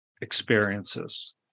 experiences